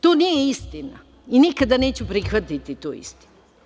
To nije istina i nikada neću prihvatiti tu istinu.